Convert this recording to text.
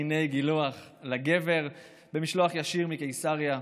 סכיני גילוח לגבר במשלוח ישיר מקיסריה,